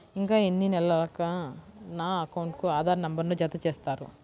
ఇంకా ఎన్ని నెలలక నా అకౌంట్కు ఆధార్ నంబర్ను జత చేస్తారు?